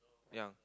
young